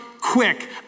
quick